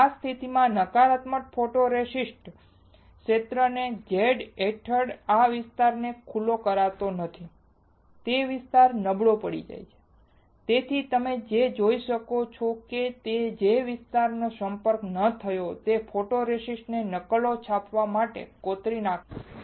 આ સ્થિતિમાં નકારાત્મક ફોટોરેસિસ્ટ ક્ષેત્ર જે Z હેઠળ આ વિસ્તારને ખુલ્લો કરતો નથી તે વિસ્તાર નબળો પડી જાય છે તેથી જ તમે જોઈ શકો છો કે જે વિસ્તારનો સંપર્ક ન થયો તે ફોટોરેસિસ્ટ ને નકલો છાપવા માટે કોતરી નાખ્યો છે